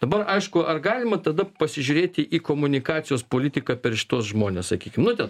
dabar aišku ar galima tada pasižiūrėti į komunikacijos politiką per šituos žmones sakykim nu ten